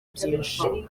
byinshi